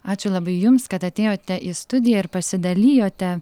ačiū labai jums kad atėjote į studiją ir pasidalijote